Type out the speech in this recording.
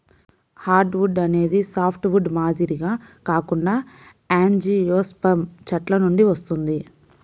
hardwood అనేది softwood మాదిరిగా కాకుండా యాంజియోస్పెర్మ్ చెట్ల నుండి వస్తుంది